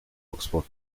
oxford